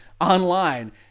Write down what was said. online